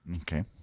Okay